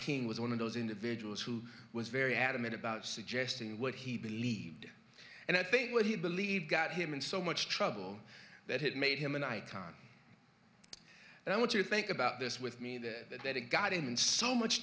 king was one of those individuals who was very adamant about suggesting what he believed and i think what he believed got him in so much trouble that it made him an icon and i want you to think about this with me that that he got in so much